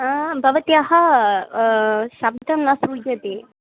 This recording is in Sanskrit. आ भवत्याः शब्दं न श्रूयते